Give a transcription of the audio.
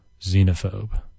xenophobe